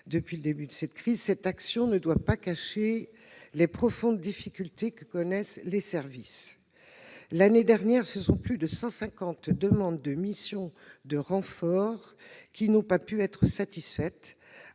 depuis le début de la crise du Covid-19, cette action ne doit pas cacher les profondes difficultés que connaissent les services. L'année dernière, plus de 150 demandes de missions de renfort n'ont pu être satisfaites,